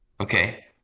Okay